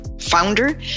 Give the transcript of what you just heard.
founder